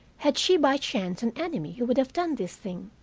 had she by chance an enemy who would have done this thing?